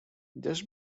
just